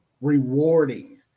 rewarding